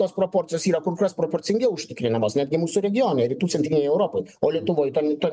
tos proporcijos yra kur kas proporcingiau užtikrinamos netgi mūsų regione rytų centrinėj europoj o lietuvoj to to